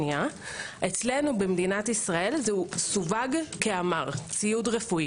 אצלנו במדינת ישראל זה סווג כציוד רפואי